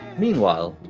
meanwhile,